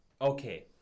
Okay